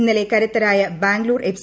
ഇന്നലെ കരുത്തരായ ബാംഗ്ലൂർ എഫ്